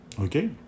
okay